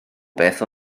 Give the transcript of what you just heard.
beth